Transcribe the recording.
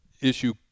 issue